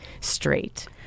straight